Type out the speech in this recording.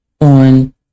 on